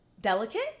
delicate